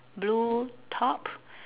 blue top